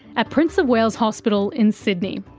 at prince of wales hospital in sydney.